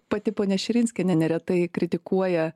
pati ponia širinskienė neretai kritikuoja